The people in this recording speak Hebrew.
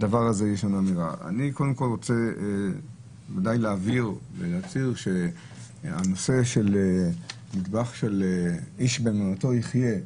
אני רוצה קודם כל להבהיר לגבי הנדבך של איש באמונתו יחיה.